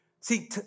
See